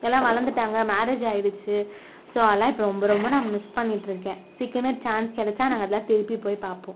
எல்லாம் வளர்ந்துட்டாங்க மேரேஜ் ஆகிடுச்சு ஸோ அதெலாம் இப்போது ரொம்ப ரொம்ப நான் மிஸ் பண்ணிகிட்டுருக்கேன் சீக்கிரமே சான்ஸ் கிடச்சா நாங்கள் அதெல்லாம் திருப்பி போய் பார்ப்போம்